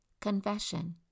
Confession